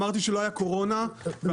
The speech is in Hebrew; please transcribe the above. לא אמרתי שלא היה קורונה -- לא,